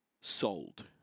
Sold